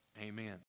amen